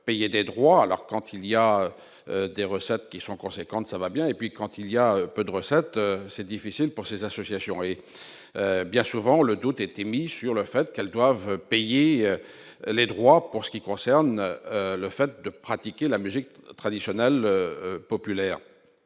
payer des droits, alors quand il y a des recettes qui sont conséquentes, ça va bien et puis quand il y a peu de recettes, c'est difficile pour ces associations, hé bien souvent, le doute est mis sur le fait qu'elles doivent payer les droits pour ce qui concerne le fait de pratiquer la musique traditionnelle populaire